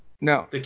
No